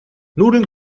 nudeln